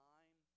Time